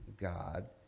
God